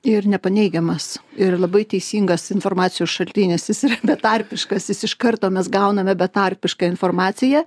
ir nepaneigiamas ir labai teisingas informacijos šaltinis jis yra betarpiškasisjis iš karto mes gauname betarpišką informaciją